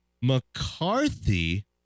McCarthy